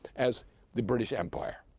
as the british empire.